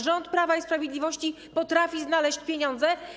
Rząd Prawa i Sprawiedliwości potrafi znaleźć pieniądze.